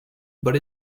but